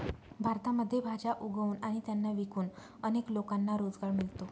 भारतामध्ये भाज्या उगवून आणि त्यांना विकून अनेक लोकांना रोजगार मिळतो